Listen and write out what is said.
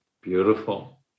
beautiful